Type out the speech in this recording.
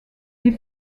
les